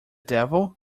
devil